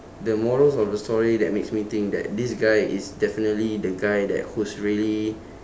the morals of the story that makes me think that this guy is definitely the guy that who's really